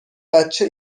بچه